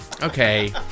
Okay